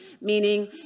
Meaning